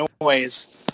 noise